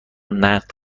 نقد